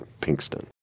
Pinkston